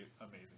amazing